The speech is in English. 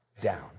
down